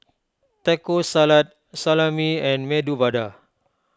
Taco Salad Salami and Medu Vada